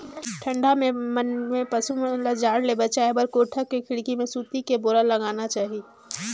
ठंडा में पसु मन ल जाड़ ले बचाये बर कोठा के खिड़की में सूती बोरा लगाना चाही